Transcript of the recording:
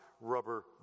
rubber